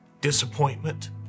disappointment